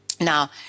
Now